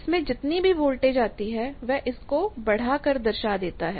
इसमें जितनी भी वोल्टेज आती है वह इसको बढ़ा कर दर्शा देता है